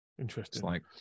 Interesting